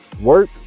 Work